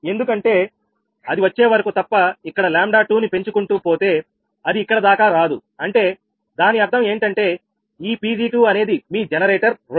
ఎందుకంటే అది వచ్చే వరకు తప్ప ఇక్కడ 𝜆2 ని పెంచుకుంటూ పోతే అది ఇక్కడ దాకా రాదు అంటే దాని అర్థం ఏంటంటే ఈ Pg2 అనేది మీ జనరేటర్ 2